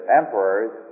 emperors